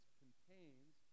contains